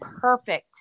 Perfect